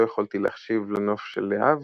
לא יכולתי להחשיב לנוף של לה הבר,